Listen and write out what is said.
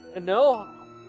no